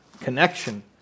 connection